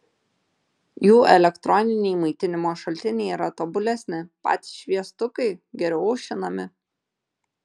jų elektroniniai maitinimo šaltiniai yra tobulesni patys šviestukai geriau aušinami